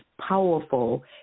powerful